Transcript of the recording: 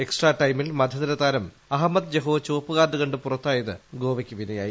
extra ടൈമിൽ മധ്യനിര താരം അഹമ്മദ് ജഹോ ചുവപ്പുകാർഡ് കണ്ട് പുറത്തായത് ഗോവയ്ക്ക് വിനയായി